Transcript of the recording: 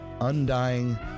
undying